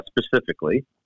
specifically